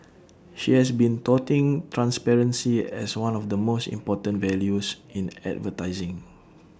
she has been touting transparency as one of the most important values in advertising